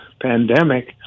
pandemic